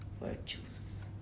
virtues